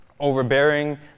overbearing